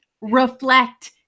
reflect